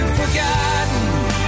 forgotten